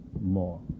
more